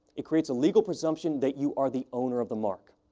it creates a legal presumption that you are the owner of the mark.